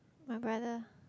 my brother